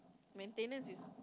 maintenance is